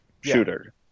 shooter